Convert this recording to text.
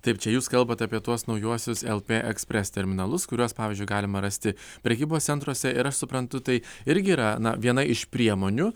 taip čia jūs kalbat apie tuos naujuosius lp ekspres terminalus kuriuos pavyzdžiui galima rasti prekybos centruose ir aš suprantu tai irgi yra na viena iš priemonių